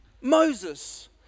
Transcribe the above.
Moses